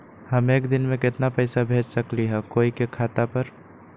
हम एक दिन में केतना पैसा भेज सकली ह कोई के खाता पर?